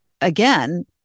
again